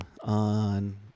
on